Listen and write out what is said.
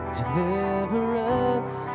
Deliverance